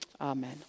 Amen